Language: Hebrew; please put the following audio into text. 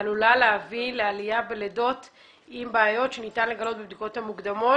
עלולות להביא לעלייה בלידות עם בעיות שניתן לגלות בבדיקות המוקדמות,